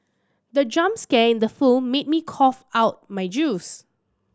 the jump scare in the film made me cough out my juice